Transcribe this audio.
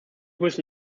müssen